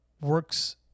works